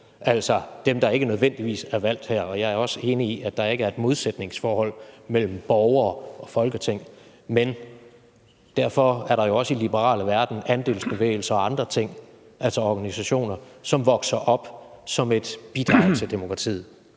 altså dem, der ikke nødvendigvis er valgt her. Og jeg er også enig i, at der ikke er et modsætningsforhold mellem borgere og Folketing, men derfor er der jo også i den liberale verden andelsbevægelser og andre ting, altså organisationer, som vokser op som et bidrag til demokratiet.